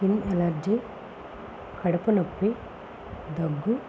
skin allergy కడుపునొప్పి దగ్గు